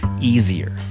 easier